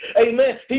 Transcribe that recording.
Amen